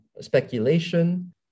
speculation